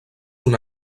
una